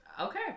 Okay